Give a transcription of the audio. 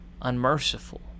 unmerciful